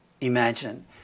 imagine